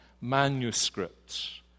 manuscripts